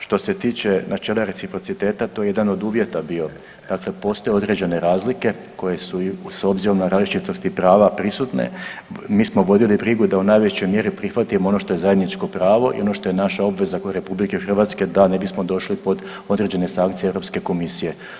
Što se tiče načela reciprociteta to je jedan od uvjeta bio, dakle postoje određene razlike koje su s obzirom na različitosti prava prisutne, mi smo vodili brigu da u najvećoj mjeri prihvatimo ono što je zajedničko pravo i ono što je naša obveza kao RH da ne bismo došli pod određene sankcije Europske komisije.